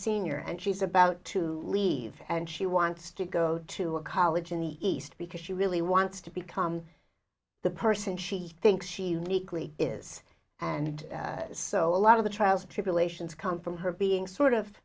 senior and she's about to leave and she wants to go to a college in the east because she really wants to become the person she thinks she legally is and so a lot of the trials tribulations come from her being sort of